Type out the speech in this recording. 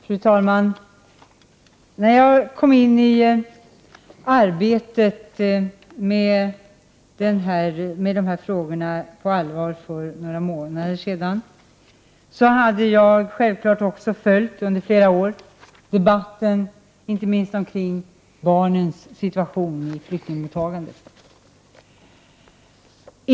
Fru talman! När jag kom in i arbetet med de här frågorna på allvar för några månader sedan, hade jag självfallet följt debatten under flera år, inte minst när det gäller barnens situation vid flyktingmottagandet.